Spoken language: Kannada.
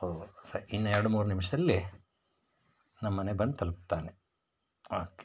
ಓಹ್ ಸರಿ ಇನ್ನು ಎರಡ್ಮೂರು ನಿಮಿಷದಲ್ಲಿ ನಮ್ಮನೆ ಬಂದು ತಲಪ್ತಾನೆ ಓಕೆ